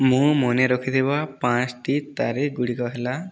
ମୁଁ ମନେରଖିଥିବା ପାଞ୍ଚଟି ତାରିଖ ଗୁଡ଼ିକ ହେଲା